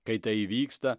kai tai įvyksta